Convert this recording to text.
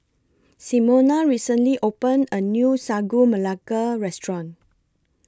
Simona recently opened A New Sagu Melaka Restaurant